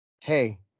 hey